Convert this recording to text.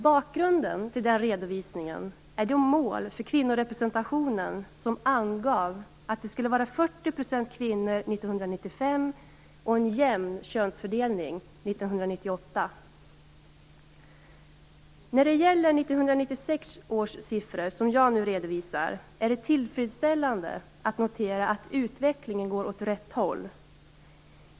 Bakgrunden till den redovisningen är de mål för kvinnorepresentationen som angav att det skulle vara 40 % kvinnor 1995 och en jämn könsfördelning 1998. När det gäller 1996 års siffror som jag nu redovisar är det tillfredsställande att notera att utvecklingen går åt rätt håll.